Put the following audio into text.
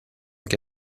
que